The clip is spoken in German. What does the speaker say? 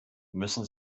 müssen